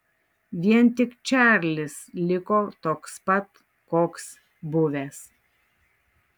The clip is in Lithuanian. vien tik čarlis liko toks pat koks buvęs